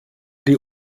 die